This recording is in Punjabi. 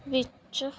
ਵਿੱਚ